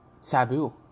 Sabu